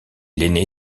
l’aîné